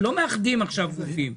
לא מאחדים עכשיו גופים,